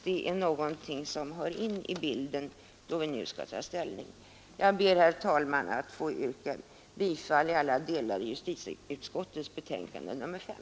Detta är någonting som hör till bilden då vi nu skall ta ställning. Jag ber, herr talman, att i alla delar få yrka bifall till justitieutskottets hemställan i betänkandet nr 5.